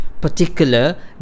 particular